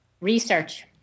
Research